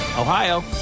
Ohio